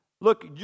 look